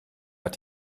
hat